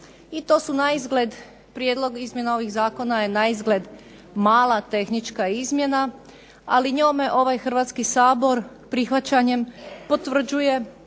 vlasti i prijedlog izmjena ovih zakona je naizgled mala tehnička izmjena, ali njome ovaj Hrvatski sabor prihvaćanjem potvrđuje